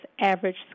average